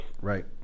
right